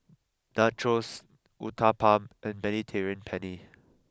Nachos Uthapam and Mediterranean Penne